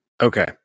okay